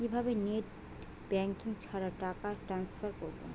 কিভাবে net banking ছাড়া টাকা ট্রান্সফার করবো?